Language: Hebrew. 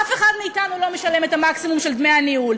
אף אחד מאתנו לא משלם את המקסימום של דמי הניהול.